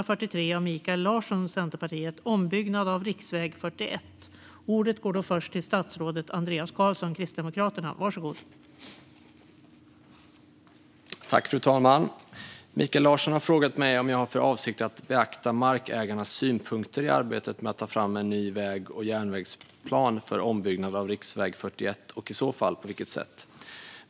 Fru talman! Mikael Larsson har frågat mig om jag har för avsikt att beakta markägarnas synpunkter i arbetet med att ta fram en ny väg och järnvägsplan för ombyggnad av riksväg 41 och i så fall på vilket sätt.